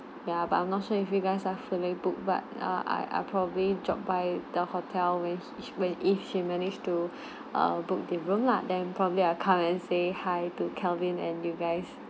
ya but I'm not sure if you guys are fully booked but err I I probably drop by the hotel with she when if she managed to err book the room lah then probably I'll come and say hi to kelvin and you guys